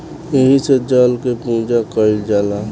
एही से जल के पूजा कईल जाला